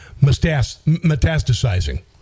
metastasizing